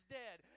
dead